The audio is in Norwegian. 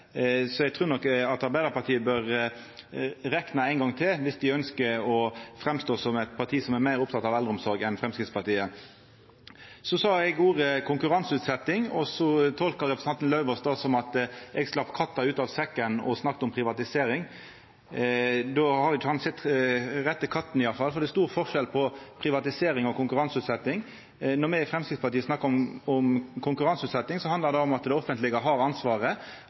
Eg trur nok at Arbeidarpartiet bør rekna ein gong til viss dei ønskjer å framstå som eit parti som er meir oppteke av eldreomsorg enn Framstegspartiet. Så brukte eg ordet «konkurranseutsetjing», og representanten Lauvås tolka det som at eg sleppte katta ut av sekken og snakka om privatisering. Då har han ikkje sett rette katten i alle fall, for det er stor forskjell på privatisering og konkurranseutsetjing. Når me i Framstegspartiet snakkar om konkurranseutsetjing, handlar det om at det offentlege har ansvaret